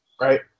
right